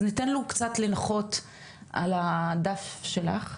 אז ניתן לו קצת לנחות על הדף שלך.